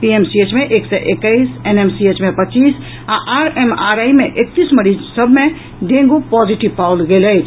PMCH मे एक सय एकैस एनएमसीएच मे पच्चीस आ आरएमआरआई मे एकतीस मरीज सभ मे डेंगू पॉजिटीव पाओल गेल अछि